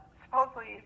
supposedly